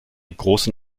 großen